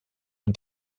und